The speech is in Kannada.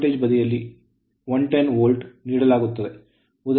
ನಂತರ ಲೋ ವೋಲ್ಟೇಜ್ ಬದಿಯಲ್ಲಿ 110 ವೋಲ್ಟ್ ನೀಡಲಾಗುತ್ತದೆ